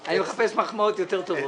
אני מחפש מחמאות יותר טובות.